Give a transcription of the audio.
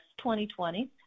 2020